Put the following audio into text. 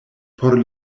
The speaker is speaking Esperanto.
por